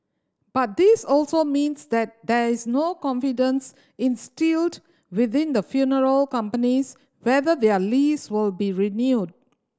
but this also means that there is no confidence instilled within the funeral companies whether their lease will be renewed